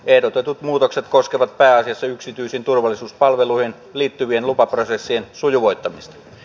ehdotetut muutokset koskevat pääasiassa yksityisiin turvallisuuspalveluihin liittyvien lupaprosessien sujuvoittamista